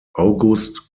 august